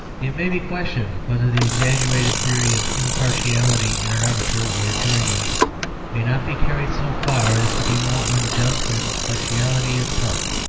it may be questioned whether the exaggerated theory of impartiality in an arbiter or juryman may not be carried so far as to be more unjust than partiality itself.